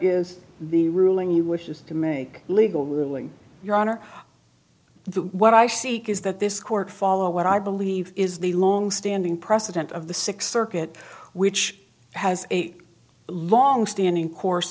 is the ruling you wish to make legal ruling your honor what i seek is that this court follow what i believe is the long standing president of the sixth circuit which has a long standing course